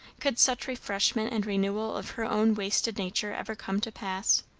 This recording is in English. could such refreshment and renewal of her own wasted nature ever come to pass?